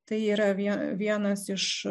tai yra vien vienas iš